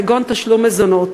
כגון תשלום מזונות.